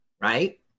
right